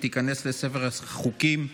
ותיכנס לספר החוקים.